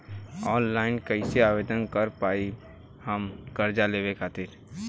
Online कइसे आवेदन कर पाएम हम कर्जा लेवे खातिर?